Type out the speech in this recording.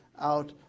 out